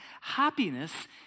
happiness